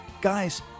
Guys